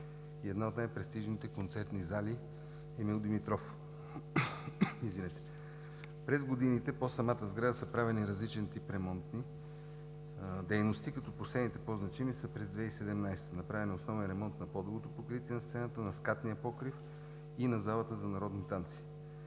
и една от най-престижните концертни зали – „Емил Димитров“. През годините по самата сграда са правени различен тип ремонтни дейности, като последните по-значими са през 2017 г. Направен е основен ремонт на подовото покритие на сцената, на скатния покрив и на залата за народни танци.